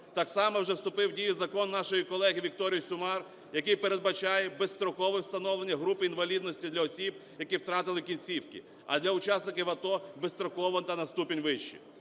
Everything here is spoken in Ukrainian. Так само вже вступив в дію закон нашої колеги Вікторії Сюмар, який передбачає безстрокове встановлення групи інвалідності для осіб, які втратили кінцівки, а для учасників АТО – безстроково та на ступінь вище.